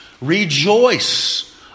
Rejoice